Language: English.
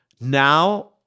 now